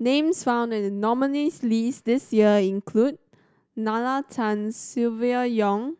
names found in the nominees' list this year include Nalla Tan Silvia Yong